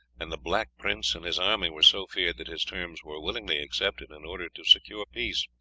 and the black prince and his army were so feared that his terms were willingly accepted in order to secure peace.